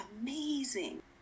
amazing